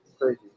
crazy